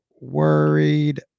worried